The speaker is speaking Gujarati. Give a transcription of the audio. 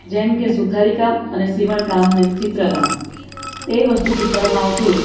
જેમકે સુથારી કામ અને સીવણ કામ ને ચિત્રકામ તે વસ્તુ શીખવાડવામાં આવતું